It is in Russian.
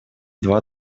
два